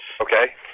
Okay